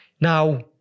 now